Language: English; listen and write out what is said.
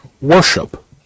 worship